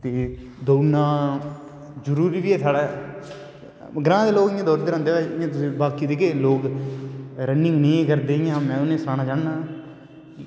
ते दौड़ना जरूरी ऐ साढ़ा ग्रांऽ दे लोग दौड़दे रौंह्दे इ'यां बाकी जेह्ड़े लोग रनिंग नेईं करदे में उ'नेंगी सनाना चाह्न्नां